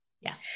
Yes